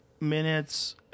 minutes